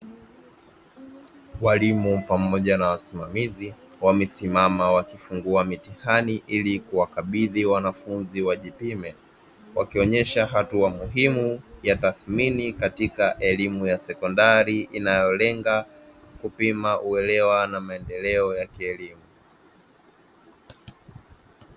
Walimu pamoja na wasimamizi wamesimama, wakifungua mitihani ili kuwakabidhi wanafunzi wajipime, wakionyesha hatua muhimu ya tathmini katika elimu ya sekondari, inayolenga kupima uelewa na maendeleo ya kielimu.